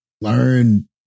learn